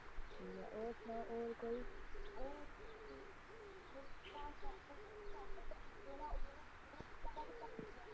ठीक ऐ होर सनाओ होर कोई